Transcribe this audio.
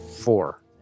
four